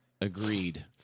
Agreed